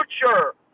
future